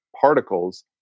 particles